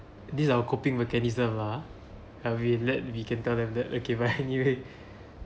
this our coping mechanism lah that we led we can tell them that okay but anyway